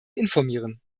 informieren